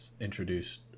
introduced